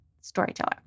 storyteller